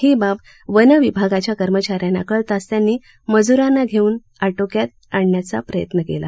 ही बाब वन विभागाच्या कर्मचाऱ्यांना कळताच त्यांनी मजरांना घेऊन ही आग आटोक्यात आणण्याचा प्रयत्न केला